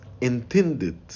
intended